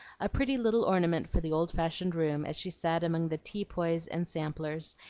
a pretty little ornament for the old-fashioned room, as she sat among the tea-poys and samplers,